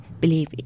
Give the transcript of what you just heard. believe